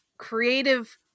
creative